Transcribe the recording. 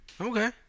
okay